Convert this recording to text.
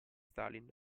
stalin